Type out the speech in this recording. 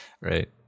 right